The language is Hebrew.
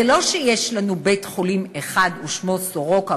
זה לא שיש לנו בית-חולים אחד ושמו סורוקה,